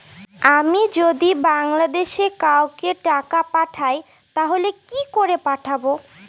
আমি যদি বাংলাদেশে কাউকে টাকা পাঠাই তাহলে কি করে পাঠাবো?